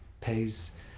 pays